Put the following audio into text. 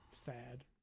sad